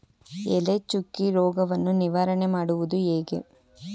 ಎಲೆ ಚುಕ್ಕಿ ರೋಗವನ್ನು ನಿವಾರಣೆ ಮಾಡುವುದು ಹೇಗೆ?